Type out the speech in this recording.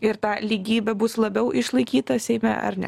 ir ta lygybė bus labiau išlaikyta seime ar ne